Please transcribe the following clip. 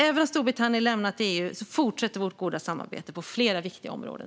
Även om Storbritannien har lämnat EU fortsätter vårt goda samarbete på flera viktiga områden.